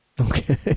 Okay